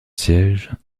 siège